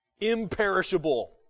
imperishable